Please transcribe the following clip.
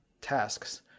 tasks